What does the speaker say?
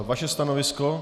Vaše stanovisko?